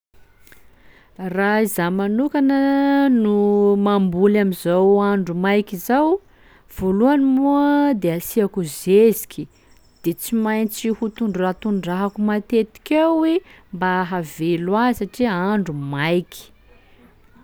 Raha izaho manokana no mamboly am'izao andro maiky izao, voalohany moa de asiako zeziky de tsy maintsy ho tondratondrahako matetiky eo i mba ahavelo azy satria andro maiky.